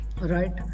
Right